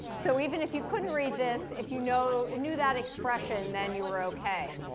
so even if you couldn't read this, if you know knew that expression, then you were ok.